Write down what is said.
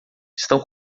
estão